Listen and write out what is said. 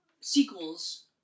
sequels